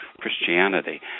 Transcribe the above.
Christianity